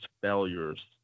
failures